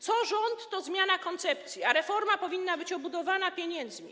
Co rząd, to zmiana koncepcji, a reforma powinna być obudowana pieniędzmi.